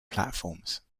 platforms